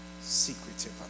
secretive